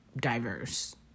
diverse